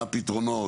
מה הפתרונות?